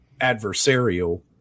adversarial